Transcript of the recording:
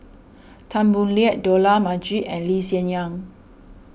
Tan Boo Liat Dollah Majid and Lee Hsien Yang